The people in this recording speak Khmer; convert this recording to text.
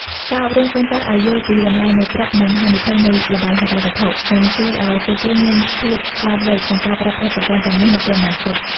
ការអប់រំកូនចៅឱ្យយល់ពី "តម្លៃនៃប្រាក់ និងហានិភ័យនៃល្បែងហិរញ្ញវត្ថុ" នឹងជួយឱ្យពួកគេមានភាពឆ្លាតវៃក្នុងការប្រើប្រាស់ប្រព័ន្ធទាំងនេះនៅពេលអនាគត។